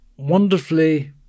Wonderfully